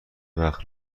وقت